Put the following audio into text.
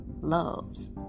loves